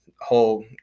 whole